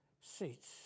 seats